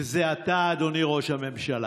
וזה אתה, אדוני ראש הממשלה.